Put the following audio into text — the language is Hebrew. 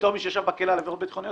בתור מי שישב בכלא על עבירות ביטחוניות,